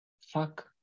fuck